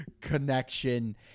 connection